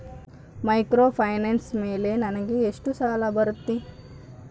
Microfinance ಮೇಲೆ ನನಗೆ ಎಷ್ಟು ಸಾಲ ಬರುತ್ತೆ?